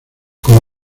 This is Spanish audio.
como